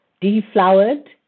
deflowered